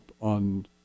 on